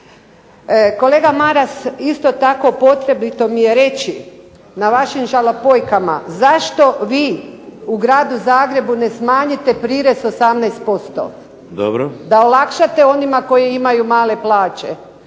Kolega Maras isto tako potrebito mi je reći na vašim žalopojkama, zašto vi u gradu Zagrebu ne smanjite prirez 18%. **Šeks, Vladimir (HDZ)** Dobro.